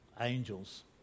angels